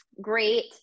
great